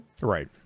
Right